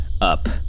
up